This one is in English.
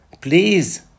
Please